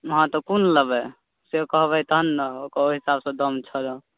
हँ तऽ कोन लेबै से कहबै तखन ने ओकर ओहि हिसाबसँ दाम छोड़ब